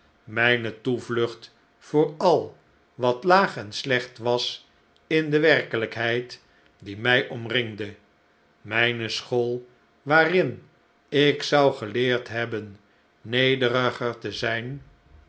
mijne toevlucht voor al wat laag en slecht was in de werkelijkheid die mij omringde mijne school waarin ik zou geleerd hebben nederiger te zijn